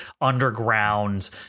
underground